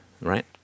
right